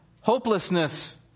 hopelessness